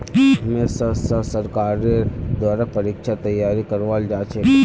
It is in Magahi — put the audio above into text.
हमेशा स सरकारेर द्वारा परीक्षार तैयारी करवाल जाछेक